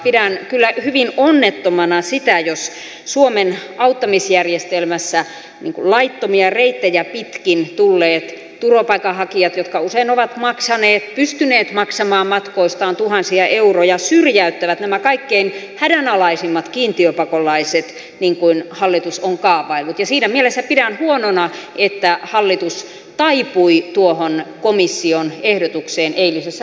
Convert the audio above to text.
pidän kyllä hyvin onnettomana sitä jos suomen auttamisjärjestelmässä laittomia reittejä pitkin tulleet turvapaikanhakijat jotka usein ovat pystyneet maksamaan matkoistaan tuhansia euroja syrjäyttävät nämä kaikkein hädänalaisimmat kiintiöpakolaiset niin kuin hallitus on kaavaillut ja siinä mielessä pidän huonona että hallitus taipui tuohon komission ehdotukseen eilisessä